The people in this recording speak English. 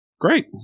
great